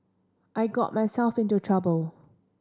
I got myself into trouble